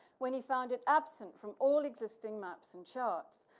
when he found it absent from all existing maps and charts.